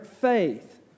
faith